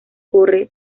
corre